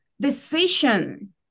decision